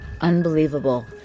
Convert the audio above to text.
Unbelievable